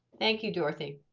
thank you. dorothy.